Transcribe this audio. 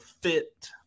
fit